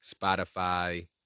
Spotify